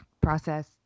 process